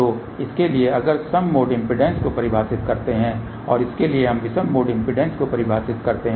तो इसके लिए अगर सम मोड इम्पीडेन्स को परिभाषित करते हैं और इसके लिए हम विषम मोड इम्पीडेन्स को परिभाषित करते हैं